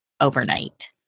overnight